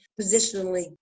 positionally